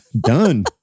done